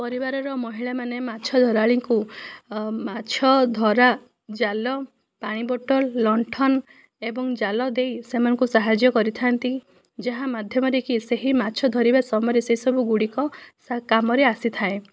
ପରିବାରର ମହିଳାମାନେ ମାଛ ଧରାଳିଙ୍କୁ ମାଛ ଧରା ଜାଲ ପାଣି ବୋଟଲ୍ ଲଣ୍ଠନ୍ ଏବଂ ଜାଲ ଦେଇ ସେମାନଙ୍କୁ ସାହାଯ୍ୟ କରିଥାନ୍ତି ଯାହା ମାଧ୍ୟମରେକି ସେହି ମାଛ ଧରିବା ସମୟରେ ସେସବୁ ଗୁଡ଼ିକ କାମରେ ଆସିଥାଏ